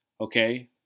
Okay